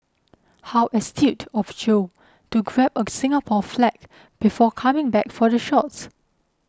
how astute of Joe to grab a Singapore flag before coming back for the shots